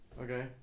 Okay